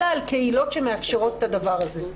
אלא על קהילות שמאפשרות את הדבר הזה.